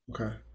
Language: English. Okay